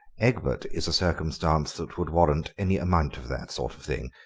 egbert is a circumstance that would warrant any amount of that sort of thing.